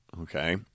Okay